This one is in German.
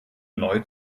neu